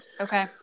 Okay